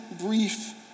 brief